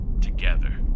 together